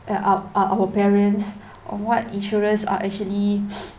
uh our our our parents on what insurance uh actually